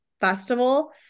festival